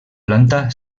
planta